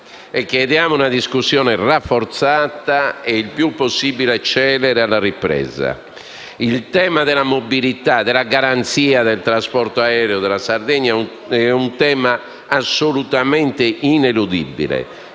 chiediamo una discussione rafforzata e il più possibile celere alla ripresa dei lavori. Il tema della mobilità e della garanzia del trasporto aereo della Sardegna è assolutamente ineludibile.